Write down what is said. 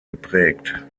geprägt